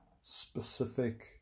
specific